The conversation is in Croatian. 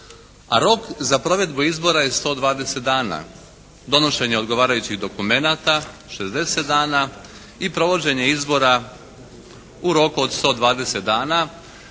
a rok za provedbu izbora je 120 dana, donošenje odgovarajućih dokumenata 60 dana i provođenje izbora u roku od 120 dana.